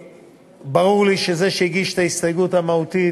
ברור לי שזה שהגיש את ההסתייגות המהותית,